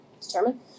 determine